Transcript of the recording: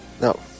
No